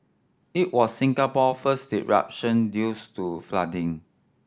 it was Singapore first disruption due to flooding